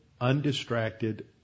undistracted